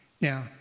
Now